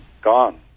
gone